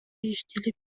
иштелип